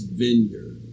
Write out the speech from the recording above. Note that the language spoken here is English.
vineyard